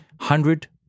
hundred